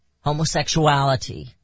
homosexuality